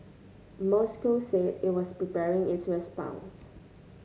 Moscow said it was preparing its response